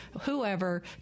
whoever